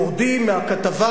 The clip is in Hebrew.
יורדים מהכתבה,